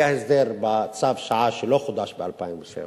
היה הסדר בצו שעה, שלא חודש ב-2007,